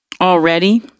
already